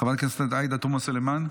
חברת הכנסת עאידה תומא סלימאן,